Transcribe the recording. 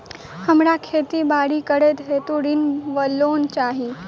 हमरा खेती बाड़ी करै हेतु ऋण वा लोन चाहि?